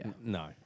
No